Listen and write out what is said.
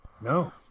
No